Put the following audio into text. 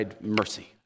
mercy